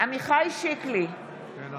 עמיחי שיקלי, אינו